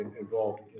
involved